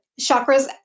chakras